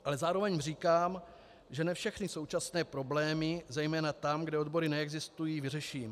Ale zároveň říkám, že ne všechny současné problémy, zejména tam, kde odbory neexistují, vyřeším.